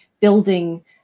building